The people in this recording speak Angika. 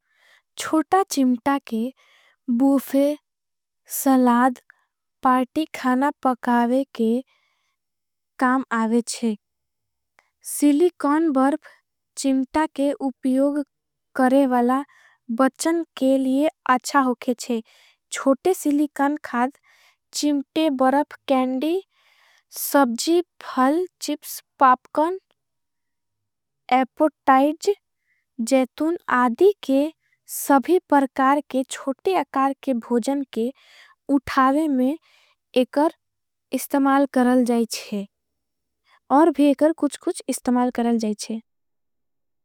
छोटा चिम्टा के बूफे सलाद पार्टी खाना पकावे के काम आवेच्छे। सिलिकोन बर्प चिम्टा के उपयोग करेवला बचन के लिए अच्छा। होगेच्छे छोटे सिलिकोन खाद, चिम्टे, बर्प, केंडी, सबजी। फल, चिप्स, पापकण, एपोटाइज, जैतुन आधी के सभी। परकार के छोटे अकार के भोजन के उठावे में एकर इस्तमाल। करल जाईच्छे और भी एकर कुछ-कुछ इस्तमाल करल जाईच्छे।